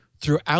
throughout